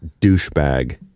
douchebag